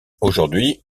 aujourd’hui